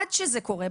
עד שזה קורה,